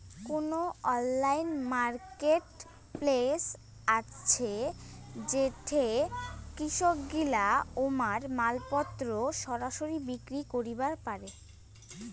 কুনো online marketplace আছে যেইঠে কৃষকগিলা উমার মালপত্তর সরাসরি বিক্রি করিবার পারে?